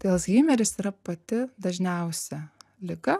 tai alzheimeris yra pati dažniausia liga